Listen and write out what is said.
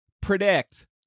predict